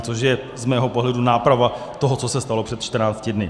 Což je z mého pohledu náprava toho, co se stalo před 14 dny.